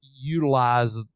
utilize